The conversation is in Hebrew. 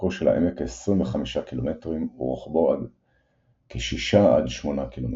אורכו של העמק כ-25 ק"מ ורוחבו כ-6 עד 8 ק"מ.